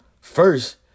First